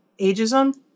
ageism